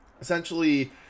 essentially